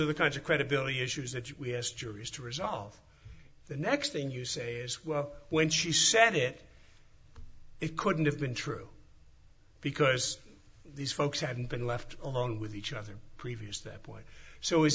are the kinds of credibility issues that we asked juries to resolve the next thing you say as well when she said it it couldn't have been true because these folks have been left along with each other previous that point so is